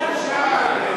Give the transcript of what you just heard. סעיף 1